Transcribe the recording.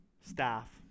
staff